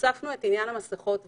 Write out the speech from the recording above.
הוספנו את עניין המסכות.